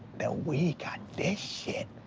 that we got this shit